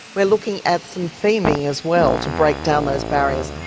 we're looking at some theming as well, to break down those barriers.